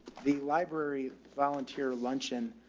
the library volunteer luncheon.